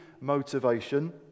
motivation